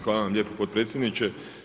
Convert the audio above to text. Hvala vam lijepo potpredsjedniče.